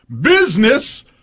Business